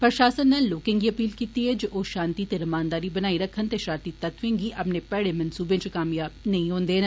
प्रषासन नै लोकें गी अपील कीती ऐ जे ओह्षांति ते रमानदारी बनाई रक्खन ते षरारती तत्वें गी अपने भेड़े मनसूबे च कामयाब नेई होन देन